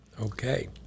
Okay